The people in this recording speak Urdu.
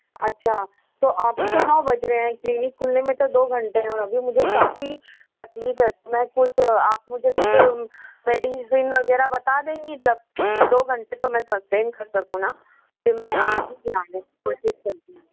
اچھا تو ابھی تو نو بج رہے ہیں کلینک کُھلنے میں تو دو گھنٹے ہیں ابھی مجھے کافی تکلیف ہے تو میں کچھ آپ مجھے کچھ میڈیسین وغیرہ بتا دیں گی جب کہ دو گھنٹے تو میں سسٹین کر سکوں نا پھر میں آج ہی کوشش کرتی ہوں